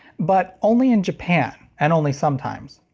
but only in japan. and only sometimes.